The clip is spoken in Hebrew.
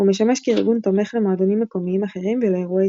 הוא משמש כארגון תומך למועדונים מקומיים אחרים ולאירועי ספורט.